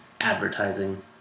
advertising